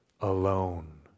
alone